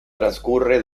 transcurre